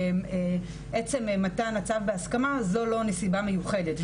שעצם מתן הצו בהסכמה זו לא נסיבה מיוחדת,